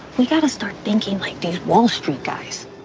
we gotta start thinking like the wall street guys.